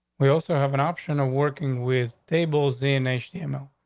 we also have an option of working with tables. the and nation, you know?